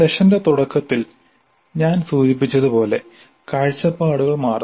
സെഷന്റെ തുടക്കത്തിൽ ഞാൻ സൂചിപ്പിച്ചതുപോലെ കാഴ്ച്ചപ്പാടുകൾ മാറുന്നു